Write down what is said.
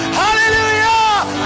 hallelujah